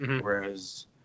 whereas